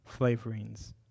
flavorings